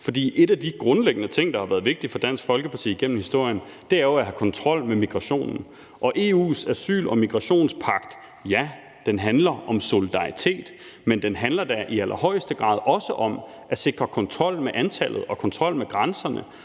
For en af de grundlæggende ting, der har været vigtige for Dansk Folkeparti igennem historien, er jo det at have kontrol med migrationen. Og ja, EU's asyl- og migrationspagt handler om solidaritet, men den handler da i allerhøjeste grad også om det at sikre kontrol med antallet og kontrol med grænserne